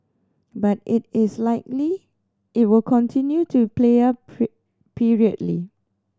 but it is likely it will continue to played up periodically